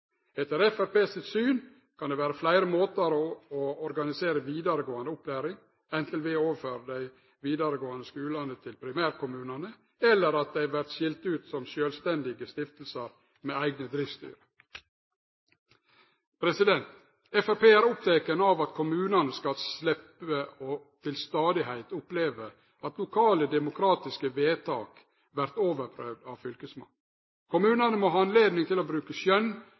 Etter Framstegspartiet sitt syn kan det vere fleire måtar å organisere vidaregåande opplæring på, anten ved å overføre dei vidaregåande skulane til primærkommunane eller ved at dei vert skilde ut som sjølvstendige stiftelsar med eigne driftsstyre. Framstegspartiet er oppteke av at kommunane skal sleppe til stadigheit å oppleve at lokale demokratiske vedtak vert overprøvde av fylkesmannen. Kommunane må ha anledning til å bruke